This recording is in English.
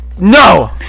No